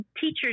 teachers